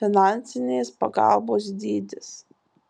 finansinės pagalbos dydis